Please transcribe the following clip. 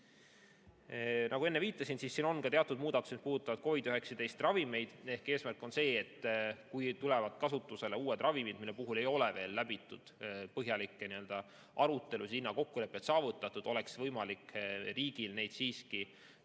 Nagu ma enne viitasin, siin on ka teatud muudatused, mis puudutavad COVID‑19 ravimeid. Eesmärk on see, et kui tulevad kasutusele uued ravimid, mille puhul ei ole veel läbitud põhjalikke arutelusid, hinnakokkulepped saavutatud, oleks võimalik riigil neid siiski